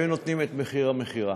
היו נותנים את מחיר המכירה,